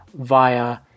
via